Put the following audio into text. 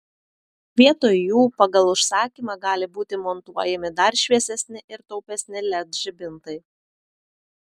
vietoj jų pagal užsakymą gali būti montuojami dar šviesesni ir taupesni led žibintai